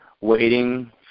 waiting